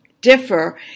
differ